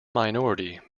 minority